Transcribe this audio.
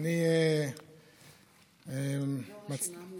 אני מציג את